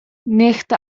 nicht